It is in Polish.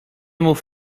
mów